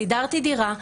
סידרתי דירה,